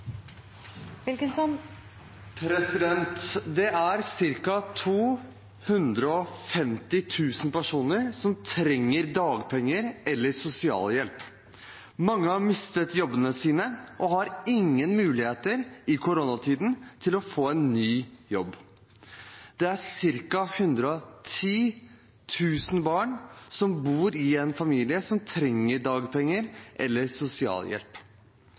personer som trenger dagpenger eller sosialhjelp. Mange har mistet jobbene sine og har ingen mulighet i koronatiden til å få en ny jobb. Det er ca. 110 000 barn som bor i en familie som trenger dagpenger eller sosialhjelp.